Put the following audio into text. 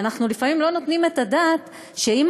ואנחנו לפעמים לא נותנים את הדעת על כך שאם